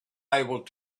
able